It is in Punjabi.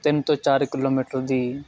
ਤਿੰਨ ਤੋਂ ਚਾਰ ਕਿਲੋਮੀਟਰ ਦੀ